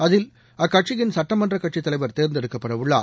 இதில் அக்கட்சியின் சட்டமன்றக்கட்சித்தலைவர் தேர்ந்தெடுக்கப்பட உள்ளார்